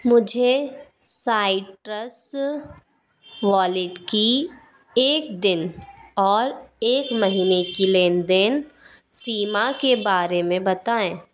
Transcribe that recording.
मुझे Citrus wallet की एक दिन और एक महीने की लेन देन सीमा के बारे में बताएँ